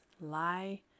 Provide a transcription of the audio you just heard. lie